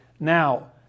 Now